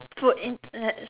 food in that